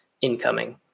incoming